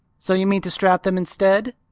so you mean to strap them instead?